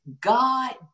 God